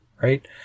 Right